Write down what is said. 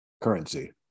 currency